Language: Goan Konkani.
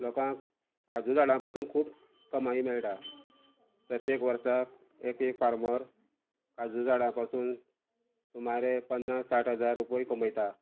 लोकांक काजू झाडां पासून खूब कमाय मेळटा प्रत्येक वर्साक एक एक फार्मर काजू झाडां पासून सुमारे पन्नास साठ हजार रुपय कमयता